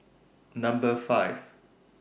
Number five